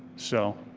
so,